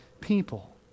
people